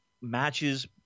matches